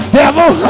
devil